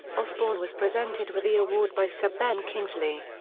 osbourne was presented with the award by sir ben kingsley.